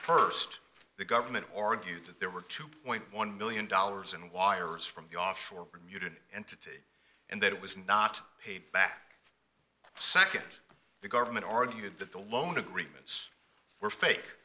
perced the government argued that there were two point one million dollars in wires from the offshore bermuda entity and that it was not paid back second the government argued that the loan agreements were fake